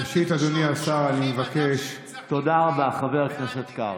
אדוני היושב-ראש, זה ממש סכנת נפשות.